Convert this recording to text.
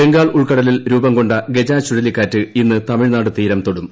ബംഗാൾ ഉൾക്കടലിൽ രൂപംകൊണ്ട ഗജ ചുഴലിക്കാറ്റ് ഇന്ന് തമിഴ്നാട് തീരം തൊടും